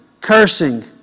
cursing